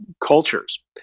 cultures